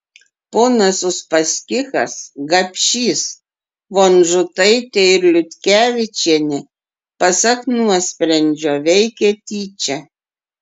ponas uspaskichas gapšys vonžutaitė ir liutkevičienė pasak nuosprendžio veikė tyčia